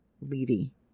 Levy